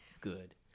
good